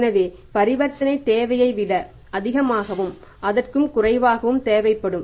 எனவே பரிவர்த்தனைத் தேவையை விட அதிகமாகவும் அதற்கும் குறைவாகவும் தேவைப்படும்